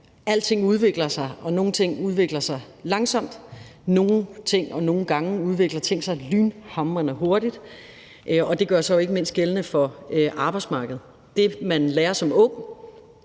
alting udvikler sig; nogle ting udvikler sig langsomt, og nogle gange udvikler ting sig lynhamrende hurtigt, og det gør sig jo ikke mindst gældende for arbejdsmarkedet, hvor det, man lærer som ung,